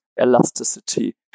elasticity